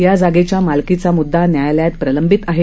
या जागेच्या मालकीचा मुददा न्यायालयात प्रलंबित आहे